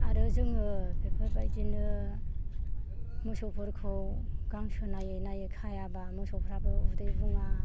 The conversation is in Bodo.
आरो जोङो बेफोरबायदिनो मोसौफोरखौ गांसो नायै नायै खायाबा मोसौफ्राबो उदै बुङा